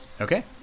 okay